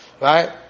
Right